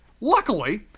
Luckily